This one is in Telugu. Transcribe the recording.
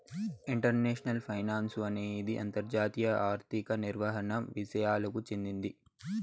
ఇంటర్నేషనల్ ఫైనాన్సు అనేది అంతర్జాతీయ ఆర్థిక నిర్వహణ విసయాలకు చెందింది